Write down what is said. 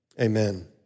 amen